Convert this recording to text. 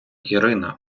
ірина